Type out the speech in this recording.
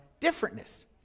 differentness